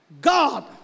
God